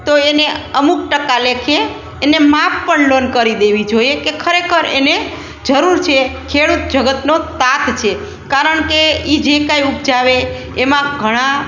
તો એને અમુક ટકા લેખે એને માફ પણ લોન કરી દેવી જોઈએ કે ખરેખર એને જરૂર છે ખેડૂત જગતનો તાત છે કારણ કે એ જે કંઇ ઉપજાવે એમાં ઘણાં